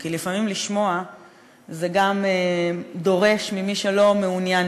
כי לפעמים לשמוע זה גם דורש ממי שלא מעוניין,